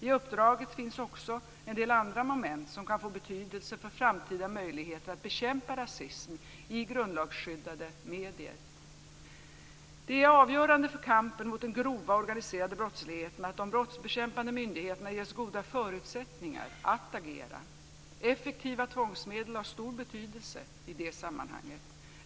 I uppdraget finns också en del andra moment som kan få betydelse för framtida möjligheter att bekämpa rasism i grundlagsskyddade medier. Det är avgörande för kampen mot den grova organiserade brottsligheten att de brottsbekämpande myndigheterna ges goda förutsättningar att agera. Effektiva tvångsmedel har stor betydelse i det sammanhanget.